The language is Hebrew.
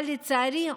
אבל לצערי,